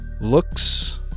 looks